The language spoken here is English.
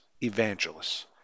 evangelists